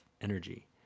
energy